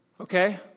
Okay